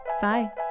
Bye